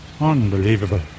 unbelievable